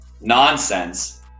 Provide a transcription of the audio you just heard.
nonsense